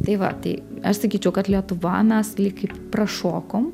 tai va tai aš sakyčiau kad lietuva mes lyg ir prašokom